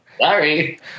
sorry